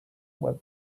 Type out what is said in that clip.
web